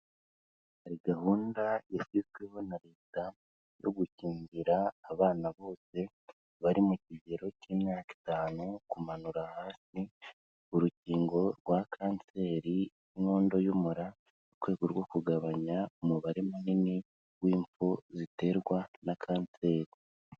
Hari gahunda yashyizweho na Leta yo gukingira abana bose, bari mu kigero cy'imyaka itanu kumanura hasi, urukingo rwa kanseri y'inkondo y'umura, mu rwego rwo kugabanya umubare munini w'imfu ziterwa na kanseri.